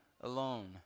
alone